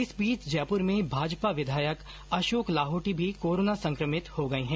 इस बीच जयपुर में भाजपा विधायक अशोक लाहोटी भी कोरोना संक्रमित हो गए हैं